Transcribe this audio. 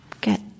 get